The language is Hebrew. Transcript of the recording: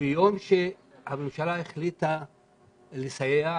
ביום שהממשלה החליטה לסייע